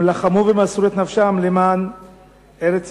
הם לחמו ומסרו את נפשם למען ארץ-ישראל.